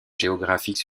géographique